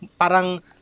parang